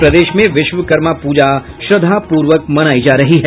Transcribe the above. और प्रदेश में विश्वकर्मा पूजा श्रद्धापूर्वक मनायी जा रही है